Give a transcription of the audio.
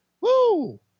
Woo